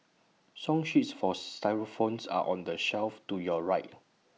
song sheets for xylophones are on the shelf to your right